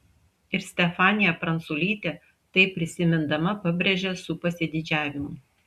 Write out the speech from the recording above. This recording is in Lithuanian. ir stefanija pranculytė tai prisimindama pabrėžia su pasididžiavimu